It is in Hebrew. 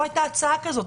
לא הייתה הצעה כזאת.